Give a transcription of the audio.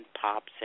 pops